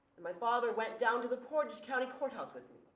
and my father went down to the portage county courthouse with